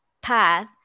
path